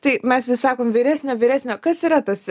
tai mes vis sakom vyresnio vyresnio kas yra tas